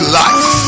life